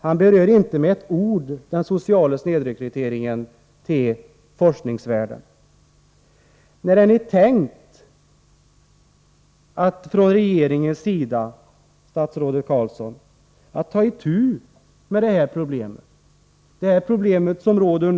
Han berör inte med ett ord den sociala snedrekryteringen till forskningsvärlden. När har ni från regeringens sida tänkt att ta itu med det här problemet, statsrådet Carlsson?